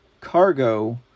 cargo